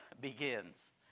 begins